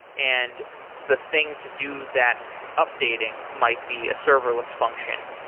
and the thing to do that updating might be a serverless function.